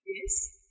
Yes